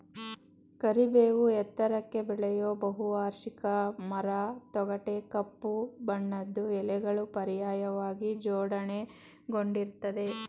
ಕರಿಬೇವು ಎತ್ತರಕ್ಕೆ ಬೆಳೆಯೋ ಬಹುವಾರ್ಷಿಕ ಮರ ತೊಗಟೆ ಕಪ್ಪು ಬಣ್ಣದ್ದು ಎಲೆಗಳು ಪರ್ಯಾಯವಾಗಿ ಜೋಡಣೆಗೊಂಡಿರ್ತದೆ